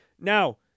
Now